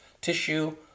tissue